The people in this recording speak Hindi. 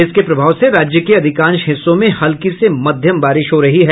इसके प्रभाव से राज्य के अधिकांश हिस्सों में हल्की से मध्यम बारिश हो रही है